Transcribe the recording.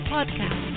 Podcast